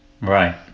Right